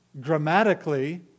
grammatically